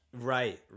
Right